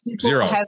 zero